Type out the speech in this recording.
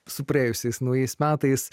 su praėjusiais naujais metais